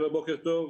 בוקר טוב.